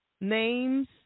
names